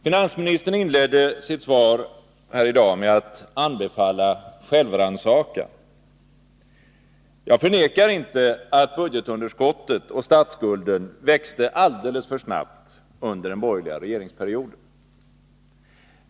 Finansministern inledde sitt svar här i dag med att anbefalla självrannsakan. Jag förnekar inte att budgetunderskottet och statsskulden växte alldeles för snabbt under den borgerliga regeringsperioden.